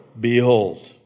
Behold